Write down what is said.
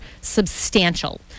substantial